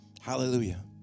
Hallelujah